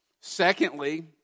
Secondly